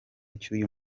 cy’uyu